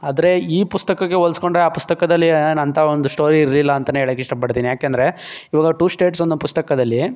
ಆದರೆ ಈ ಪುಸ್ತಕಕ್ಕೆ ಹೋಲ್ಸ್ಕೊಂಡ್ರೆ ಆ ಪುಸ್ತಕದಲ್ಲಿ ಏನು ಅಂತ ಒಂದು ಸ್ಟೋರಿ ಇರಲಿಲ್ಲ ಅಂತಲೇ ಹೇಳೋಕೆ ಇಷ್ಟ ಪಡ್ತೀನಿ ಏಕೆಂದ್ರೆ ಇವಾಗ ಟು ಸ್ಟೇಟ್ಸ್ ಅನ್ನೋ ಪುಸ್ತಕದಲ್ಲಿ